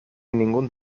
ningún